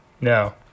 No